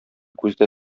күздә